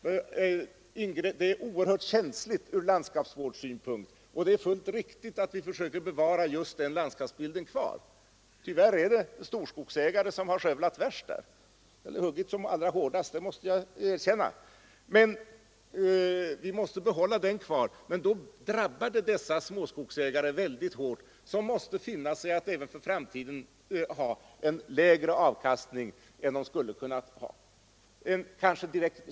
Ett ingrepp är oerhört känsligt från landskapsvårdssynpunkt, och det är fullt riktigt att vi försöker bevara den landskapsbilden — tyvärr är det storskogsägare som har huggit mest, det måste jag erkänna — men det drabbar dessa småskogsägare väldigt hårt. De måste finna sig i att även i framtiden ha lägre avkastning än de skulle kunna ha.